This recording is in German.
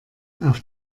auf